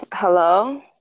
Hello